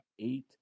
eight